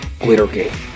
Glittergate